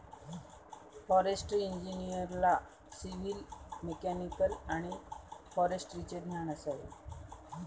forestry इंजिनिअरला civil, mechanical आणि फॉरेस्ट्रीचे ज्ञान असावे